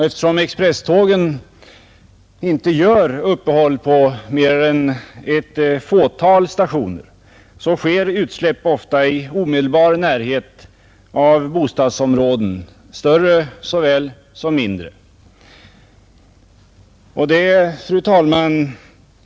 Eftersom expresstågen inte gör uppehåll på mer än ett fåtal stationer, sker utsläpp ofta i omedelbar närhet av bostadsområden, större såväl som mindre. Fru talman!